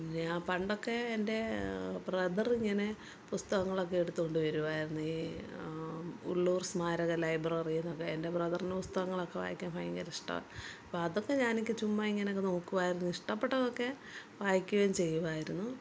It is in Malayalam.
ഞാൻ പണ്ടൊക്കെ എൻ്റെ ബ്രദറ് ഇങ്ങനെ പുസ്തകങ്ങളൊക്കെ എടുത്തോണ്ട് വരുവായിരുന്നു ഈ ഉള്ളൂർ സ്മാരക ലൈബ്രറിന്നൊക്കെ എൻ്റെ ബ്രദറിനും പുസ്തകങ്ങളൊക്കെ വായിക്കാൻ ഭയങ്കര ഇഷ്ട്ടവാണ് അപ്പം അതൊക്കെ ഞാനക്കെ ചുമ്മ ഇങ്ങനെ നോക്കുവായിരുന്നു ഇഷ്ടപ്പെട്ടതൊക്കെ വായിക്കേം ചെയ്യുവായിരുന്നു